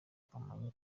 kamonyi